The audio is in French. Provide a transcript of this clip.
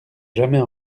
jamais